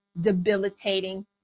debilitating